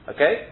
Okay